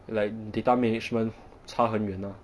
like data management 差很远 ah